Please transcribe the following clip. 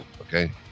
Okay